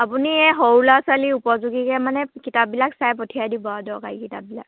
আপুনি এই সৰু ল'ৰা ছোৱালী উপযোগীকৈ মানে কিতাপবিলাক চাই পঠিয়াই দিব আৰু দৰকাৰী কিতাপবিলাক